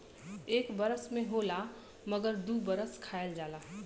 एक बरस में होला मगर दू बरस खायल जाला